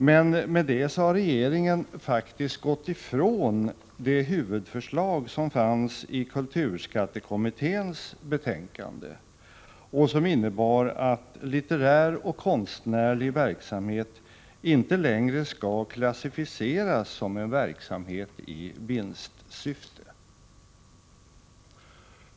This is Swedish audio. Men med det har regeringen faktiskt gått ifrån det huvudförslag som fanns i kulturskattekommitténs betänkande, som innebar att litterär och konstnärlig verksamhet inte längre skulle klassificeras som en verksamhet i vinstsyfte.